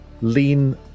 lean